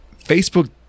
Facebook